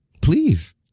please